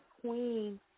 Queen